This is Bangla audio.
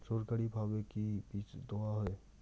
সরকারিভাবে কি বীজ দেওয়া হয়?